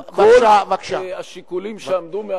על כל השיקולים שעמדו מאחוריה.